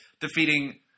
defeating